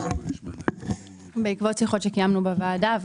בעקבות שיחות שקיימנו בוועדה,